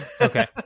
Okay